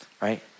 right